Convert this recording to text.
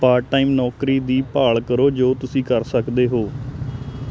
part time ਨੌਕਰੀ ਦੀ ਭਾਲ ਕਰੋ ਜੋ ਤੁਸੀਂ ਕਰ ਸਕਦੇ ਹੋ